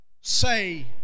say